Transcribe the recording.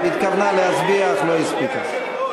התכוונה להצביע אך לא הספיקה.